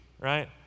right